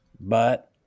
But-